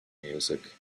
music